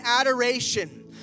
adoration